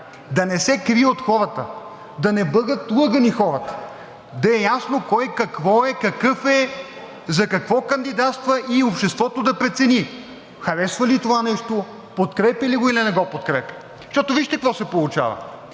Да не се крие от хората, да не бъдат лъгани хората. Да е ясно кой какво е, какъв е, за какво кандидатства и обществото да прецени харесва ли това нещо, подкрепя ли го, или не го подкрепя. Защото вижте какво се получава